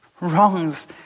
wrongs